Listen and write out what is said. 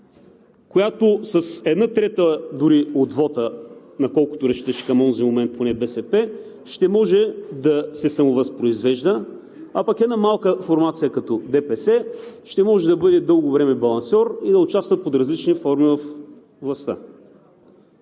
която с една трета дори от вота на колкото разчиташе към онзи момент поне БСП, ще може да се самовъзпроизвежда, а пък една малка формация като ДПС ще може да бъде дълго време балансьор и да участва под различни форми във властта.